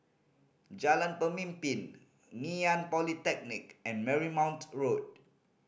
Jalan Pemimpin Ngee Ann Polytechnic and Marymount Road